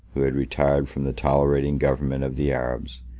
who had retired from the tolerating government of the arabs,